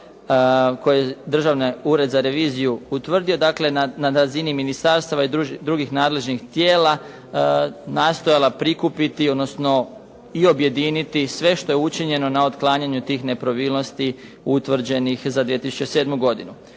koje Državni ured za reviziju utvrdio. Dakle na razini ministarstava i drugih nadležnih tijela nastojala prikupiti, odnosno i objediniti sve što je učinjeno na otklanjanju tih nepravilnosti utvrđenih za 2007. godinu.